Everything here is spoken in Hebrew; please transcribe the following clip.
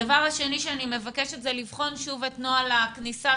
הדבר השני שאני מבקשת זה לבחון שוב את נוהל הכניסה,